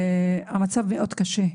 המצב מאוד קשה.